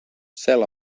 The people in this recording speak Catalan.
cel